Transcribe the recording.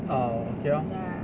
orh okay lor